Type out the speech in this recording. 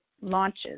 launches